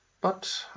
But